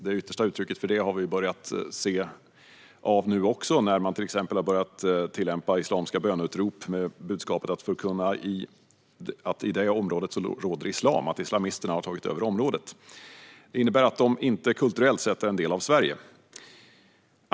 Det yttersta uttrycket för detta har vi börjat se nu, när man till exempel har börjat tillämpa islamska böneutrop med budskapet att förkunna att i det aktuella området råder islam och att islamisterna har tagit över området. Det innebär att de kulturellt sett inte är en del av Sverige.